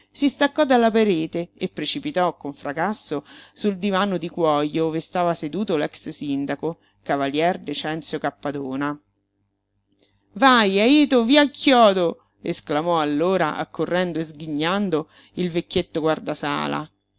si staccò dalla parete e precipitò con fracasso sul divano di cuojo ove stava seduto l'ex-sindaco cav decenzio cappadona vai è ito via icchiodo esclamò allora accorrendo e sghignando il vecchietto guardasala